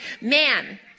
Man